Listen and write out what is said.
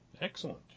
Excellent